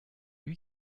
lui